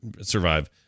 survive